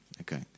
okay